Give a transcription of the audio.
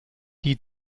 die